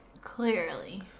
Clearly